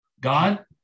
God